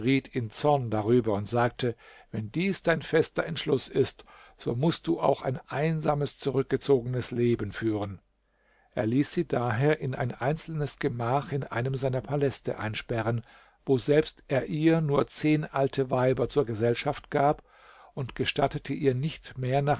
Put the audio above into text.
in zorn darüber und sagte wenn dies dein fester entschluß ist so mußt du auch ein einsames zurückgezogenes leben führen er ließ sie daher in ein einzelnes gemach in einem seiner paläste einsperren woselbst er ihr nur zehn alte weiber zur gesellschaft gab und gestattete ihr nicht mehr